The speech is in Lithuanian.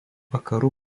vakarų